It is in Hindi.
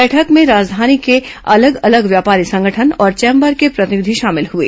बैठक में राजधानी के अलग अलग व्यापारी संगठन और चेंबर के प्रतिनिधि शामिल हुए